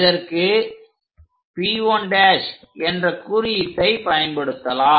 இதற்கு P1' என்ற குறியீட்டை பயன்படுத்தலாம்